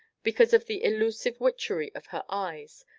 because of the elusive witchery of her eyes,